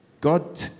God